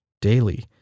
Daily